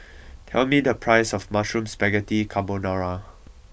tell me the price of Mushroom Spaghetti Carbonara